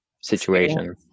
situation